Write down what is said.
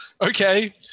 Okay